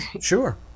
Sure